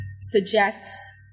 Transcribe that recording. suggests